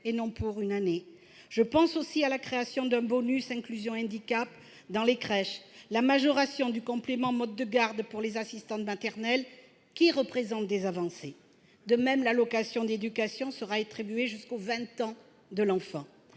et non plus par année. Je pense aussi à la création d'un bonus « inclusion handicap » dans les crèches et à la majoration du complément de libre choix du mode de garde pour les assistantes maternelles, qui représentent des avancées. Dans le même sens, l'allocation d'éducation sera attribuée jusqu'aux vingt ans de l'enfant.